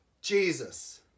Jesus